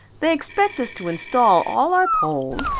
they expect us to install all our poles,